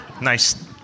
nice